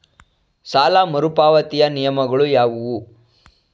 ಸಾಲ ಮರುಪಾವತಿಯ ನಿಯಮಗಳು ಯಾವುವು?